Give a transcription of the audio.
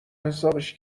حسابش